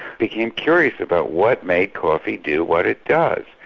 became curious about what made coffee do what it does.